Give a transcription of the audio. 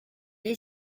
est